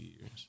years